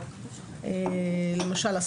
למשל,